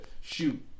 shoot